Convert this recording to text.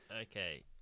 okay